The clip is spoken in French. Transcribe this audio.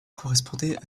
correspondait